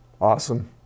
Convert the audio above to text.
Awesome